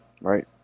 right